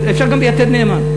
אפשר גם ב"יתד נאמן".